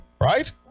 right